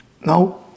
No